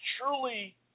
truly